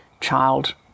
child